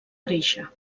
reixa